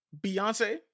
Beyonce